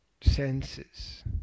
senses